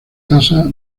tasa